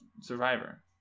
Survivor